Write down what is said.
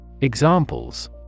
Examples